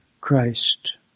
Christ